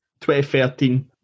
2013